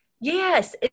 yes